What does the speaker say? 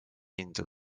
hindu